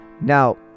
Now